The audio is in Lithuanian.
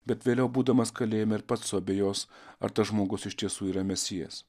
bet vėliau būdamas kalėjime ir pats suabejos ar tas žmogus iš tiesų yra mesijas